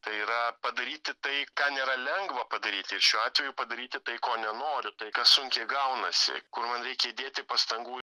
tai yra padaryti tai ką nėra lengva padaryti ir šiuo atveju padaryti tai ko nenoriu tai kas sunkiai gaunasi kur man reikia įdėti pastangų